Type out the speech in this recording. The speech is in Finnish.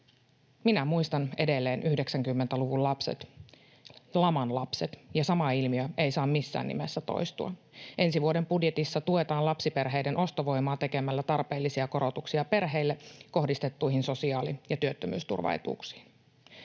Minä muistan edelleen 90-luvun lapset, laman lapset, ja sama ilmiö ei saa missään nimessä toistua. Ensi vuoden budjetissa tuetaan lapsiperheiden ostovoimaa tekemällä tarpeellisia korotuksia perheille kohdistettuihin sosiaali‑ ja työttömyysturvaetuuksiin.